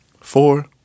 four